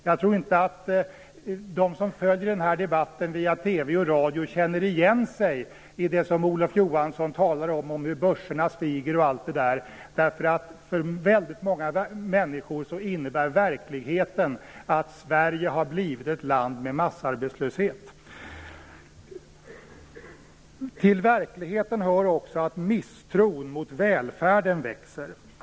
Jag tror inte att de som följer den här debatten via TV och radio känner igen sig i det som Olof Johansson talade om - att börserna stiger osv. För många människor innebär verkligheten att Sverige har blivit ett land med massarbetslöshet. Till verkligheten hör också att misstron mot välfärden växer.